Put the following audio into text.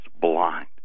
blind